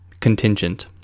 contingent